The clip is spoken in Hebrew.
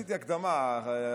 עשיתי הקדמה.